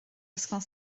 ysgol